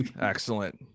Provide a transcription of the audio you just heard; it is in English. Excellent